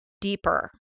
deeper